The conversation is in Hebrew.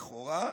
לכאורה,